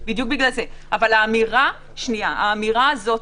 אבל האמירה הזאת,